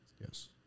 Yes